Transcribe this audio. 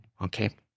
Okay